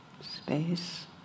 space